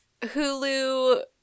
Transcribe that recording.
Hulu